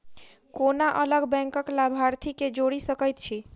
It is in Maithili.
कोना अलग बैंकक लाभार्थी केँ जोड़ी सकैत छी?